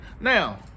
Now